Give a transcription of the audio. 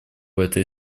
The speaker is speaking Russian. этой